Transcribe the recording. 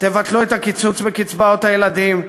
תבטלו את הקיצוץ בקצבאות הילדים,